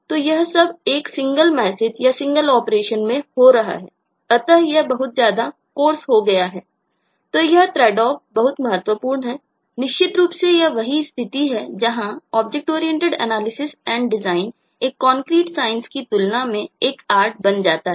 तो यह सब एक सिंगल मैसेज या सिंगल ऑपरेशन में हो रहा है अतः यह बहुत ज्यादा कोर्स बन जाता है